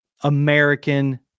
American